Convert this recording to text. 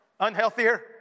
unhealthier